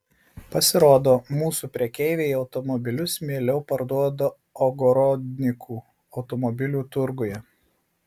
pasirodo mūsų prekeiviai automobilius mieliau parduoda ogorodnikų automobilių turguje